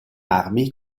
armi